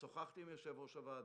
שוחחתי עם יושב-ראש הוועדה.